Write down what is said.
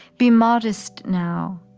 be modest now,